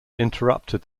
interrupted